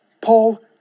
Paul